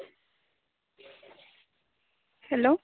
hello